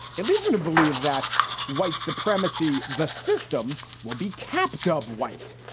it leads me to believe that white supremacy, the system will be kept up white.